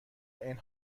عین